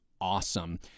awesome